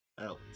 out